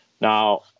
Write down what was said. Now